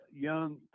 young